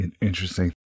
Interesting